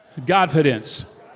Godfidence